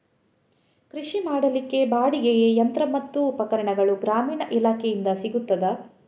ಕೃಷಿ ಮಾಡಲಿಕ್ಕೆ ಬಾಡಿಗೆಗೆ ಯಂತ್ರ ಮತ್ತು ಉಪಕರಣಗಳು ಗ್ರಾಮೀಣ ಇಲಾಖೆಯಿಂದ ಸಿಗುತ್ತದಾ?